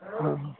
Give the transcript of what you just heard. हा